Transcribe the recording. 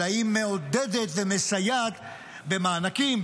אלא היא מעודדת ומסייעת במענקים,